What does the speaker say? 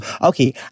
Okay